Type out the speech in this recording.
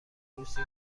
روسی